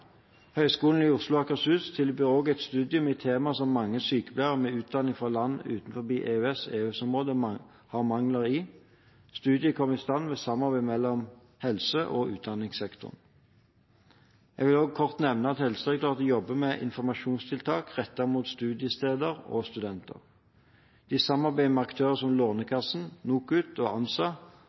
Høgskolen i Oslo og Akershus tilbyr også et studium i temaer som mange sykepleiere med utdanning fra land utenfor EU/EØS-området har mangler i. Studiet kom i stand i samarbeid mellom helse- og utdanningssektoren. Jeg vil også kort nevne at Helsedirektoratet jobber med informasjonstiltak rettet mot studiesteder og studenter. De samarbeider med aktører som Lånekassen, NOKUT og ANSA